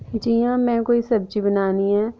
जि'यां में कोई सब्जी बनानी ऐ